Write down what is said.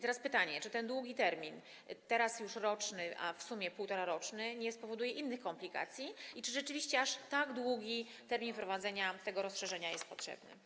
Teraz pytanie, czy ten długi termin, teraz już roczny, a w sumie półtoraroczny, nie spowoduje innych komplikacji i czy rzeczywiście aż tak długi termin wprowadzenia tego rozszerzenia jest potrzebny.